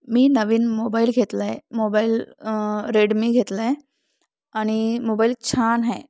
मी नवीन मोबाईल घेतलाय mobile Redmi घेतलाय आणि मोबाईल छान आहे